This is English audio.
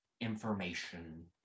information